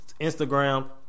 Instagram